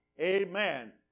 Amen